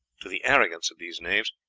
to the arrogance of these knaves,